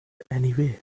anyway